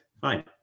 fine